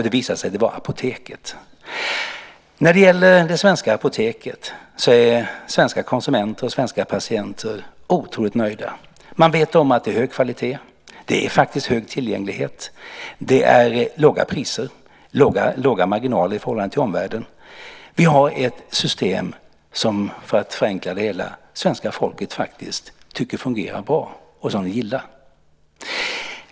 Det visade sig vara Apoteket. När det gäller det svenska apoteket är svenska konsumenter och patienter otroligt nöjda. De vet om att det är hög kvalitet. Det är faktiskt hög tillgänglighet, låga priser och låga marginaler i förhållande till omvärlden. Vi har ett system som, för att förenkla det hela, svenska folket tycker fungerar bra och som det gillar.